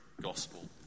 gospel